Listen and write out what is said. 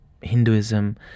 Hinduism